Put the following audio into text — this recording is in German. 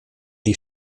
die